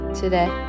today